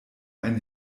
ein